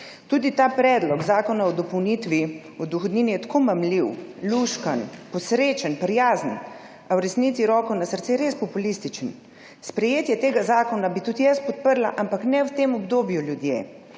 Tudi ta predlog o dopolnitvi zakona o dohodnini je tako mamljiv, luštkan, posrečen, prijazen, a v resnici roko na srce res populističen. Sprejetje tega zakona bi tudi jaz podprla, ampak ne v tem obdobju, ljudje.